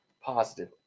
positive